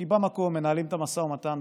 כי במקום מנהלים את המשא ומתן,